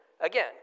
again